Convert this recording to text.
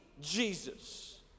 Jesus